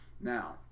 Now